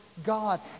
God